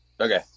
Okay